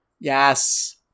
yes